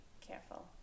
careful